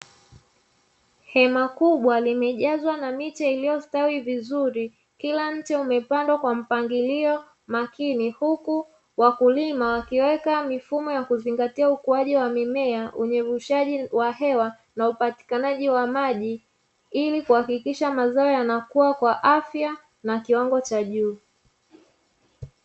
Hema kubwa limejazwa na miche iliyostawi vizuri, kila mche umepandwa kwa mpangilio makini. Huku wakulima wakiweka mifumo ya kuzingatia ukuaji wa mimea wenye uvushaji wa hewa na upatikanaji wa maji, ili kuhakikisha mazao yanakuwa kwa afya na kiwango cha juu.